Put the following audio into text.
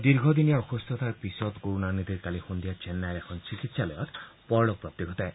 দীৰ্ঘদিনীয়া অসুস্থতাৰ পিছত কৰুণানিধিৰ কালি সদ্ধিয়া চেন্নাইৰ এখন চিকিৎসালয়ত পৰলোকপ্ৰাপ্তি ঘটে